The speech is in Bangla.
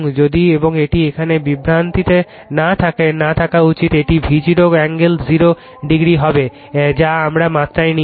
যদি এবং এটি এখানে বিভ্রান্তিতে না থাকা উচিত এটি Vg কোণ 0 ডিগ্রি হবে যা আমরা মাত্রায় নিয়েছি